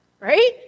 right